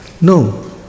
No